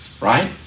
right